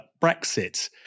Brexit